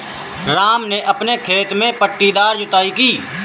राम ने अपने खेत में पट्टीदार जुताई की